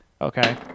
Okay